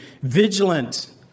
vigilant